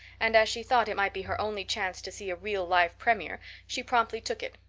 and as she thought it might be her only chance to see a real live premier, she promptly took it,